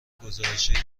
گزارشهایی